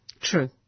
true